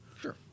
Sure